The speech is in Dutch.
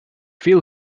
veel